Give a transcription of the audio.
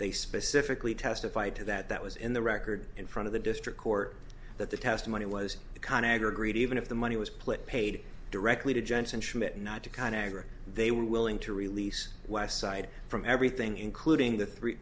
they specifically testified to that that was in the record in front of the district court that the testimony was the kind of anger greed even if the money was put paid directly to jensen schmidt not to kind of agric they were willing to release westside from everything including the three